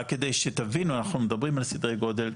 רק כדי שתבינו אנחנו מדברים על סדרי גודל,